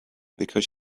because